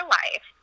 life